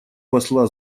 посла